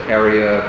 area